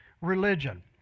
religion